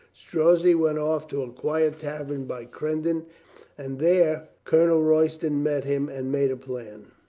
strozzi went off to a quiet tavern by crendon and there colonel royston met him and made a plan.